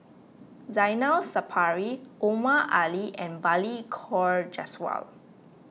Zainal Sapari Omar Ali and Balli Kaur Jaswal